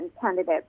candidates